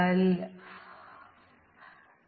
നമുക്ക് ആദ്യം കാരണങ്ങളും ഫലങ്ങളും തിരിച്ചറിയാം